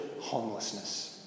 homelessness